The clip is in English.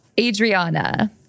adriana